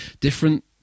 different